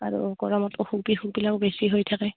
আৰু গৰমত অসুখ বিসুখবিলাকো বেছি হৈ থাকে